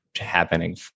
happening